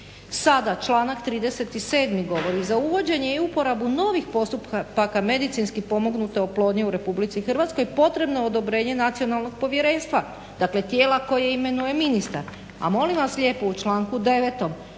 Sada članak 37. govori, za uvođenje i uporabu novih postupaka medicinski pomognute oplodnje u Republici Hrvatskoj potrebno je odobrenje Nacionalnog povjerenstva, dakle tijela koje imenuje ministar. A molim vas lijepo u članku 9.